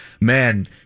Man